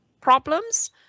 problems